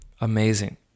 Amazing